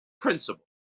Principle